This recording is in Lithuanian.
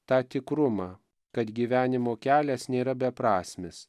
tą tikrumą kad gyvenimo kelias nėra beprasmis